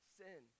sin